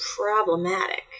problematic